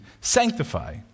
sanctify